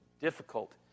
difficult